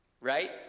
right